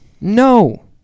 No